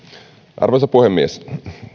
arvoisa puhemies